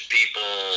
people